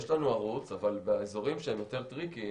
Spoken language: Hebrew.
יש לנו ערוץ, אבל באזורים שהם יותר טריקיים,